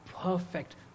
perfect